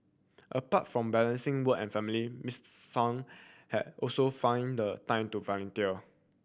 apart from balancing work and family Miss Sun had also find the time to volunteer